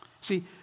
See